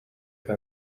than